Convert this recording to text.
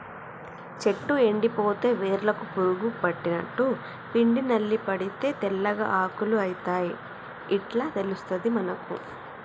చెట్టు ఎండిపోతే వేర్లకు పురుగు పట్టినట్టు, పిండి నల్లి పడితే తెల్లగా ఆకులు అయితయ్ ఇట్లా తెలుస్తది మనకు